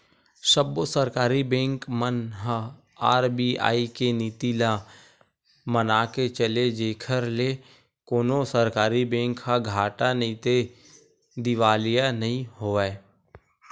सब्बो सरकारी बेंक मन ह आर.बी.आई के नीति ल मनाके चले जेखर ले कोनो सरकारी बेंक ह घाटा नइते दिवालिया नइ होवय